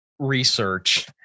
research